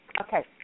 Okay